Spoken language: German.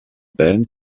band